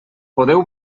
podeu